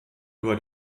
über